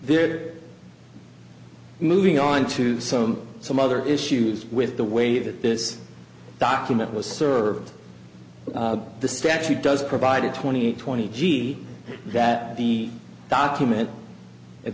they're moving on to some some other issues with the way that this document was served the statute does provide it twenty eight twenty g that the document at